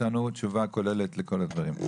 תענו תשובה כוללת לכל הדברים.